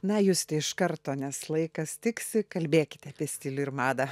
na justė iš karto nes laikas tiksi kalbėkite apie stilių ir madą